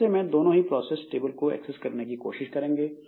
ऐसे में दोनों ही प्रोसेस टेबल को एक्सेस करने की कोशिश करेंगे